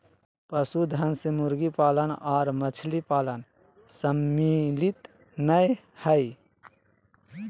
पशुधन मे मुर्गी पालन आर मछली पालन सम्मिलित नै हई